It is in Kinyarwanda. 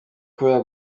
kubera